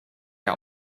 der